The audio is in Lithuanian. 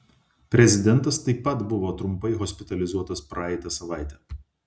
prezidentas taip pat buvo trumpai hospitalizuotas praeitą savaitę